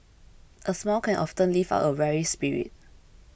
a smile can often lift up a weary spirit